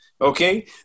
okay